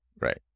Right